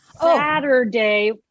Saturday